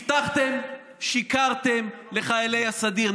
הבטחתם, שיקרתם לחיילי הסדיר.